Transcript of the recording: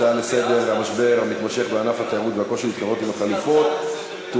הצעת החוק שלך היא טובה, היא מעולה.